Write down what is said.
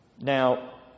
Now